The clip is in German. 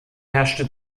herrschte